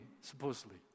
supposedly